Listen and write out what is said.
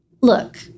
look